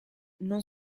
non